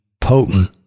Potent